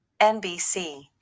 NBC